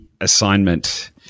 assignment